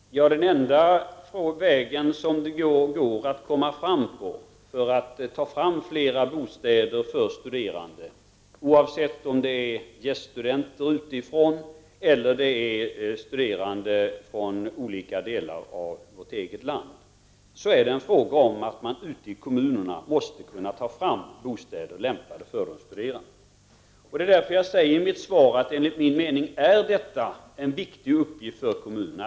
Herr talman! Den enda väg som det går att komma fram på, för att ta fram flera bostäder för studerande, oavsett om de är gäststudenter utifrån eller om det är studerande från olika delar av vårt land, är att man ute i kommunerna måste ta fram bostäder lämpade för de studerande. Det är därför jag säger i mitt svar att detta enligt min mening är en viktig uppgift för kommunerna.